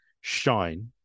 shine